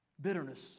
Bitterness